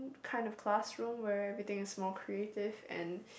kind of classroom where everything is more creative and